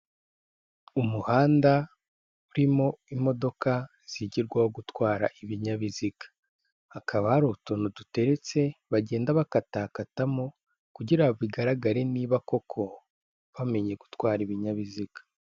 Umuhanda urimo imodoka zigirwaho gutwara ibinyabiziga, hakaba hari utuntu duteretse bagenda bakatakatamo kugira bigaragare niba koko bamenye gutwara ibinyabiziga.